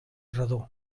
redó